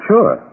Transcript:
Sure